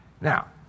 Now